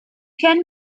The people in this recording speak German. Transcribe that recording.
können